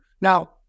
Now